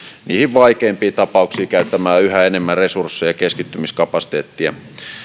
niihin vaikeimpiin tapauksiin käyttämään yhä enemmän resursseja ja keskittymiskapasiteettia